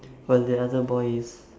while the other boy is